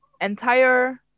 entire